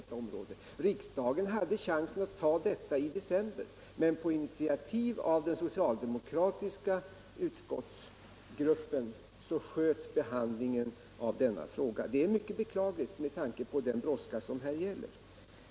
Riksdagen hade chansen att ta detta förslag i december, men på initiativ av den socialdemokratiska utskottsgruppen uppsköts behandlingen av denna fråga. Det är mycket beklagligt med tanke på den brådska som råder.